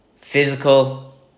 physical